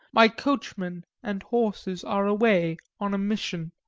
my coachman and horses are away on a mission.